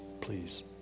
please